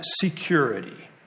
security